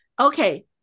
Okay